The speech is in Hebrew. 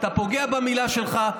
אתה פוגע במילה שלך.